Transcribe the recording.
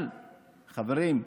אבל, חברים,